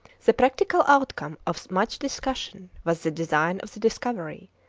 the practical outcome of much discussion was the design of the discovery,